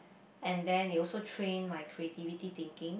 and then it also train my creativity thinking